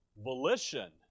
volition